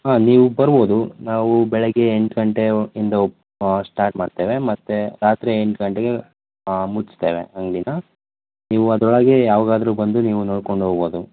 ಹಾಂ ನೀವು ಬರ್ಬೋದು ನಾವು ಬೆಳಗ್ಗೆ ಎಂಟು ಗಂಟೆಯಿಂದ ಸ್ಟಾರ್ಟ್ ಮಾಡ್ತೇವೆ ಮತ್ತೆ ರಾತ್ರಿ ಎಂಟು ಗಂಟೆಗೆ ಮುಚ್ತೇವೆ ಅಂಗಡಿನ ನೀವು ಅದರೊಳಗೆ ಯಾವಾಗಾದ್ರು ಬಂದು ನೀವು ನೋಡ್ಕೊಂಡು ಹೋಗ್ಬೋದು